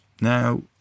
Now